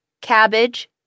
cabbage